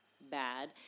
bad